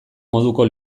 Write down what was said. moduko